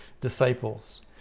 disciples